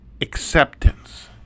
acceptance